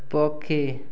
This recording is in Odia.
ପକ୍ଷୀ